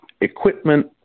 equipment